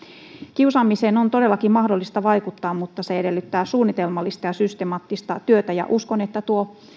kiusaamiseen on todellakin mahdollista vaikuttaa mutta se edellyttää suunnitelmallista ja systemaattista työtä ja uskon että tuo